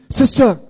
sister